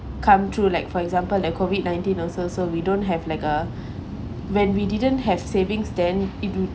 come true like for example the COVID nineteen also so we don't have like uh when we didn't have savings then it would